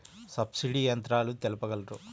Subsidy యంత్రాలు తెలుపగలరు?